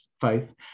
faith